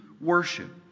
worship